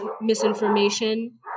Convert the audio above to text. misinformation